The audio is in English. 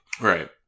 right